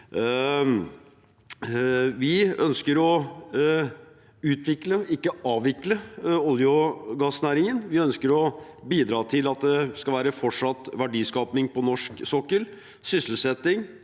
Vi ønsker å utvikle, ikke avvikle, olje- og gassnæringen. Vi ønsker å bidra til at det skal være fortsatt verdiskaping på norsk sokkel, sysselsetting